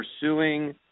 pursuing